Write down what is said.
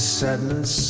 sadness